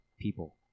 people